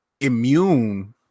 immune